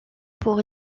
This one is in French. pour